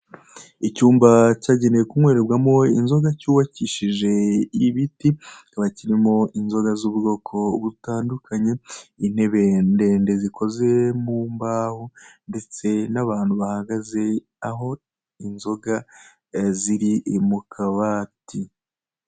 Icyumba cyagenewe kunywererwamo inzoga cyubakishije ibiti kikaba kirimo inzoga z'ubwoko butandukanye, intebe ndende zikoze mu mbaho ndetse n'abantu bahagaze aho inzoga ziri mu kabati.